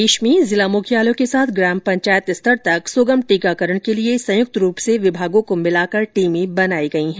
प्रदेश में जिला मुख्यालयों के साथ ग्राम पंचायत स्तर तक सुगम टीकाकरण के लिए संयुक्त रूप से विभागों को भिलाकर टीमें बनाई गई हैं